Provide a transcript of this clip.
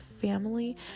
family